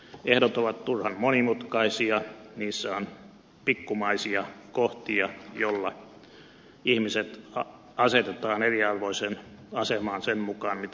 ehdot ovat turhan monimutkaisia niissä on pikkumaisia kohtia joilla ihmiset asetetaan eriarvoiseen asemaan sen mukaan mitä he omistavat